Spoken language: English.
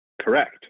Correct